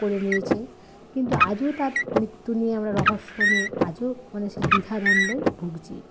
করে নিয়েছে কিন্তু আজও তার মৃত্যু নিয়ে আমরা রহস্য নিয়ে আজও আমাদের সেই দ্বিধা দ্বন্দ্বয় ভুগছি